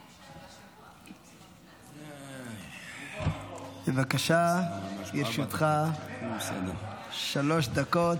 בבקשה, לרשותך שלוש דקות.